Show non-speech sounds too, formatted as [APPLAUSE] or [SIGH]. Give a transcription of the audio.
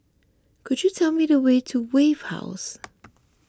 could you tell me the way to Wave House [NOISE]